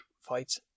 fights